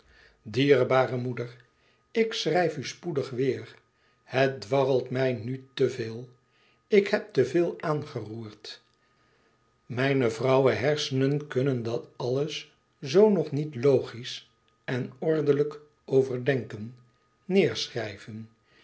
dierbare moeder ik schrijf u spoedig weêr het dwarrelt mij nu te veel ik heb te veel aangeroerd mijne vrouwehersenen kunnen dat alles zoo nog niet logisch en ordelijk overdenken